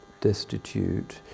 destitute